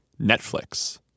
Netflix